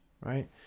right